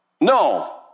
No